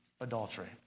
adultery